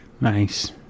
Nice